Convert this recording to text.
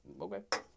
okay